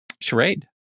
Charade